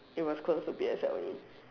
it was close to P_S_L_E